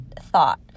thought